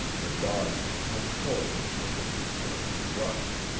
the dogs had come forward with a determined rush.